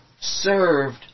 served